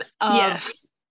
Yes